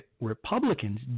Republicans